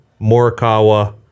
Morikawa